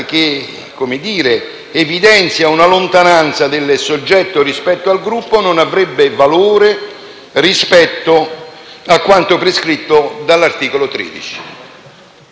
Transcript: che evidenzia una lontananza del soggetto rispetto al Gruppo, non avrebbe valore rispetto a quanto prescritto dall'articolo 13.